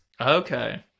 Okay